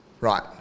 Right